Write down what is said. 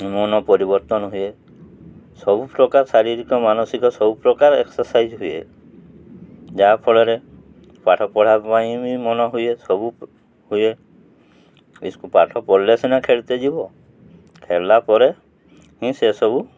ମନ ପରିବର୍ତ୍ତନ ହୁଏ ସବୁପ୍ରକାର ଶାରୀରିକ ମାନସିକ ସବୁପ୍ରକାର ଏକ୍ସର୍ସାଇଜ୍ ହୁଏ ଯାହାଫଳରେ ପାଠ ପଢ଼ା ପାଇଁ ବି ମନ ହୁଏ ସବୁ ହୁଏ ପାଠ ପଢ଼ିଲେ ସିନା ଖେଳିତେ ଯିବ ଖେଳିଲା ପରେ ହିଁ ସେସବୁ